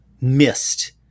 missed